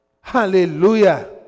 Hallelujah